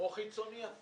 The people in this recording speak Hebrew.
או חיצוני אפילו.